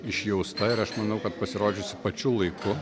išjausta ir aš manau kad pasirodžiusi pačiu laiku